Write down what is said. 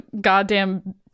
goddamn